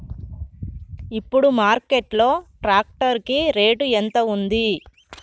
ఇప్పుడు మార్కెట్ లో ట్రాక్టర్ కి రేటు ఎంత ఉంది?